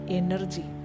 energy